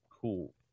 Cool